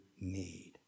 need